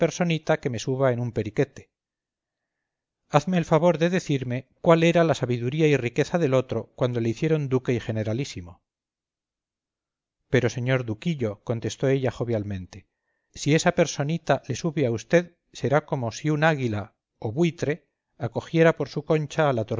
personita que me suba en un periquete hazme el favor de decirme cuál era la sabiduría y riqueza del otro cuando le hicieron duque y generalísimo pero señor duquillo contestó ella jovialmente si esa personita le sube a vd será como si un águila o buitre cogiera por su concha